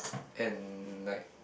and like